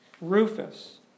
Rufus